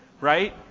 right